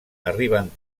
arriben